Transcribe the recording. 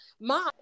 mom